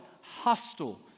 Hostile